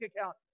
account